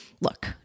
Look